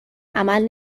عمل